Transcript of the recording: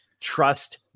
Trust